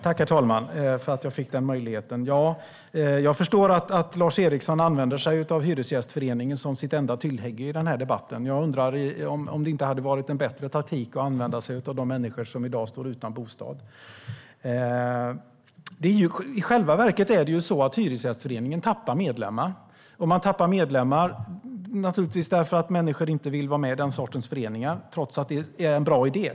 Herr talman! Jag förstår att Lars Eriksson använder sig av Hyresgästföreningen som sitt enda tillhygge i debatten. Hade det inte varit en bättre taktik att använda sig av de människor som i dag står utan bostad? I själva verket tappar Hyresgästföreningen medlemmar. Man tappar medlemmar därför att människor inte vill vara med i den sortens föreningar, trots att de är en bra idé.